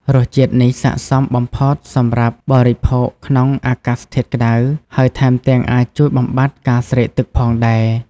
រសជាតិនេះស័ក្តិសមបំផុតសម្រាប់បរិភោគក្នុងអាកាសធាតុក្ដៅ ហើយថែមទាំងអាចជួយបំបាត់ការស្រេកទឹកផងដែរ។